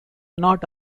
not